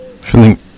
feeling